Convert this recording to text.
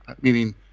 meaning